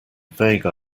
vague